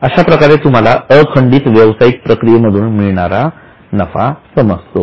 अशाप्रकारे तुम्हाला अखंडित व्यवसायिक प्रक्रियेमधून मिळणारा नफा समजतो